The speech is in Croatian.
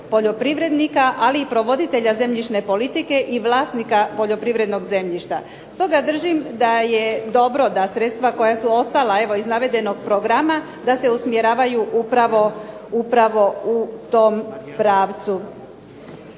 poljoprivrednika, ali i provoditelja zemljišne politike i vlasnika poljoprivrednog zemljišta. Stoga držim da je dobro da sredstva koja su ostala evo iz navedenog programa da se usmjeravaju upravo u tom pravcu.